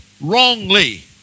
wrongly